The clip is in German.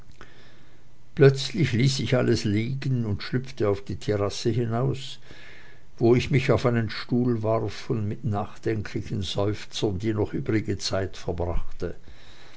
plötzlich ließ ich alles liegen und schlüpfte auf die terrasse hinaus wo ich mich auf einen stuhl warf und mit nachdenklichen seufzern die noch übrige zeit verbrachte